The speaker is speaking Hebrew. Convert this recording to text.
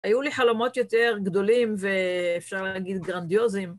היו לי חלומות יותר גדולים ואפשר להגיד גרנדיוזים.